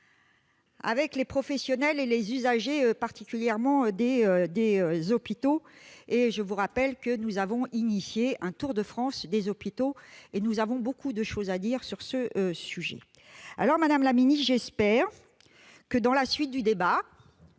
avec les professionnels et les usagers de la sécurité sociale et, particulièrement, des hôpitaux. Je vous rappelle que nous avons entamé un tour de France des hôpitaux : nous avons beaucoup de choses à dire sur le sujet ! Alors, madame la ministre, j'espère que, dans la suite du débat,